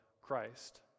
Christ